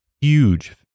huge